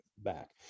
back